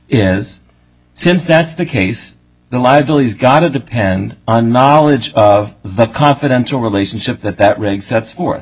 is since that's the case the liabilities gonna depend on knowledge of the confidential relationship that that ring sets forth